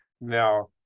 Now